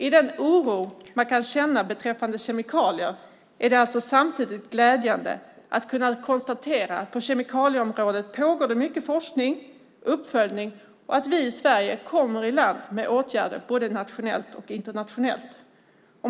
I den oro man kan känna beträffande kemikalier är det alltså samtidigt glädjande att kunna konstatera att det på kemikalieområdet pågår mycket forskning och uppföljning och att vi i Sverige kommer i land med åtgärder både nationellt och internationellt.